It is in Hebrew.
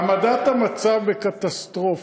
העמדת המצב בקטסטרופה,